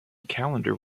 calendar